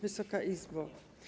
Wysoka Izbo!